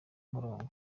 umurongo